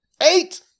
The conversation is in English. Eight